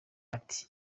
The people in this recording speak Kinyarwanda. ati